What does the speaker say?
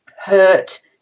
hurt